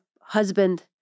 husband